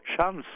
chance